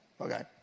Okay